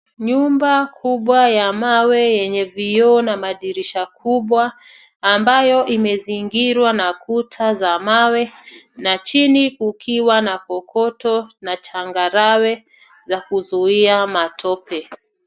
Nyumba kubwa ya mawe yenye vioo na madirisha kubwa ambayo imezingirwa na kuta za mawe, na chini kukiwa na kokoto na changarawe za kuzuia matope.